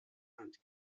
hand